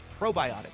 probiotics